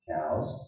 Cows